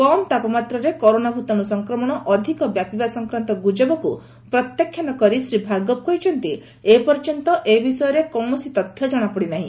କମ୍ ତାପମାତ୍ରାରେ କରୋନା ଭୂତାଣୁ ସଂକ୍ରମଣ ଅଧିକ ବ୍ୟାପିବା ସଂକ୍ରାନ୍ଡ ଗୁଜବକୁ ପ୍ରତ୍ୟାଖ୍ୟାନ କରି ଶ୍ରୀ ଭାର୍ଗବ କହିଛନ୍ତି ଏପର୍ଯ୍ୟନ୍ତ ଏ ବିଷୟରେ କୌଣସି ତଥ୍ୟ କଶାପଡ଼ି ନାହି